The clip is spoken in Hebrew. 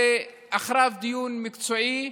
ואחריו דיון מקצועי,